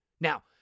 Now